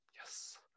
yes